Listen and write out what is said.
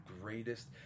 greatest